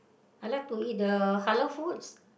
I like to eat the Halal foods